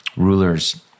rulers